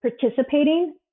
participating